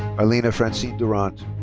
arlena francine durant.